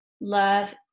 love